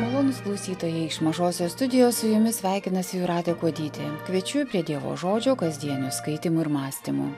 malonūs klausytojai iš mažosios studijos su jumis sveikinasi jūratė kuodytė kviečiu prie dievo žodžio kasdienių skaitymų ir mąstymų